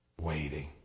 waiting